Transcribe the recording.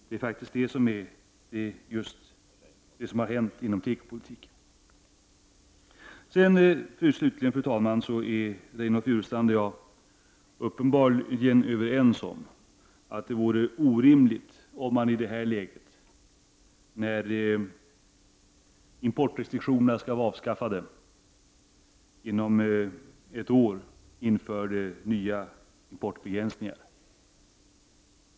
Det är faktiskt just det som har hänt inom tekopolitiken. Slutligen, fru talman, är Reynoldh Furustrand och jag uppenbarligen överens om att det vore orimligt om man i det här läget, när importrestriktionerna skall vara avskaffade inom ett år, inför nya importbegränsningar.